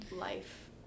life